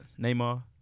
Neymar